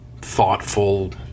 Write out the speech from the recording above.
thoughtful